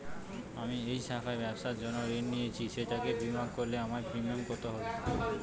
আমি এই শাখায় ব্যবসার জন্য ঋণ নিয়েছি সেটাকে বিমা করলে আমার প্রিমিয়াম কত হবে?